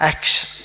Action